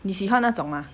你喜欢那种 ah